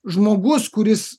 žmogus kuris